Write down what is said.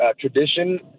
tradition